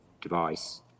device